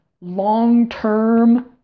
long-term